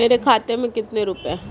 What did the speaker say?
मेरे खाते में कितने रुपये हैं?